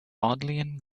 bodleian